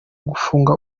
gufunga